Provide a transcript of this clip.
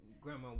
Grandma